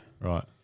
Right